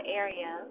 area